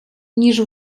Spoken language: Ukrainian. ніж